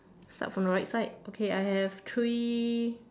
start from the right side okay I have three